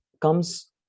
comes